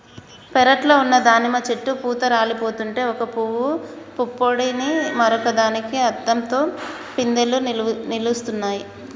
పెరట్లో ఉన్న దానిమ్మ చెట్టు పూత రాలిపోతుంటే ఒక పూవు పుప్పొడిని మరొక దానికి అద్దంతో పిందెలు నిలుస్తున్నాయి